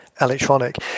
electronic